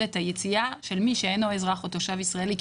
את היציאה של מי שאינו אזרח או תושב ישראלי.